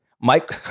Mike